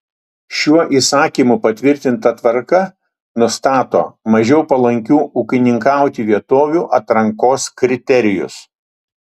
šiuo įsakymu patvirtinta tvarka nustato mažiau palankių ūkininkauti vietovių atrankos kriterijus